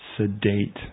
Sedate